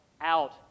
out